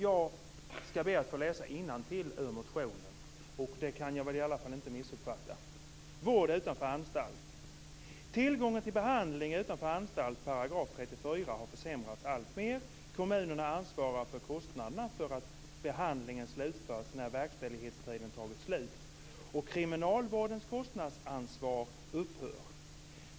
Jag skall be att få läsa innantill ur motionen. Det som står där kan jag väl i alla fall inte missuppfatta. Under rubriken "Vård utanför anstalt" har försämrats alltmer. Kommunerna ansvarar för kostnaderna för att behandlingen slutförs när verkställighetstiden tagit slut och kriminalvårdens kostnadsansvar upphör.